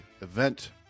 event